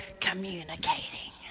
communicating